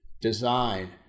design